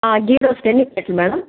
ఘీ roast ఎన్నిప్లేటులు madam